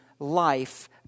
Life